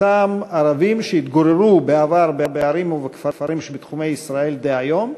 אותם ערבים שהתגוררו בעבר בערים ובכפרים שבתחומי ישראל דהיום,